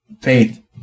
faith